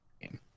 game